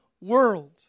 world